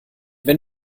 wenn